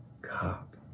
cop